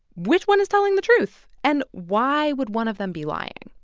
which one is telling the truth? and why would one of them be lying?